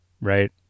Right